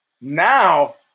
Now